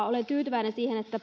olen tyytyväinen siihen että pev